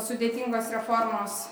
sudėtingos reformos